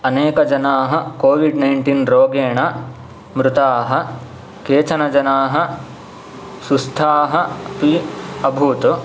अनेकजनाः Covid nineteen रोगेण मृताः केचन जनाः सुस्थाः अपि अभूत्